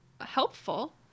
helpful